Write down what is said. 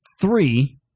three